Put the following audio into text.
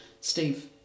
Steve